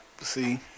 See